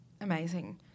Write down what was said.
Amazing